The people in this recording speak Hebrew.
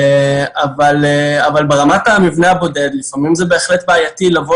אבל ברמת המבנה הבודד לפעמים זה בהחלט בעייתי לבוא